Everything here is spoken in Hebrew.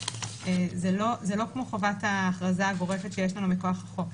זה לא כמו חובת ההכרזה הגורפת שיש לנו מכוח החוק,